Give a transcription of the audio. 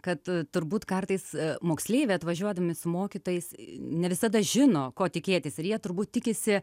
kad turbūt kartais moksleiviai atvažiuodami su mokytojais ne visada žino ko tikėtis ir jie turbūt tikisi